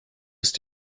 ist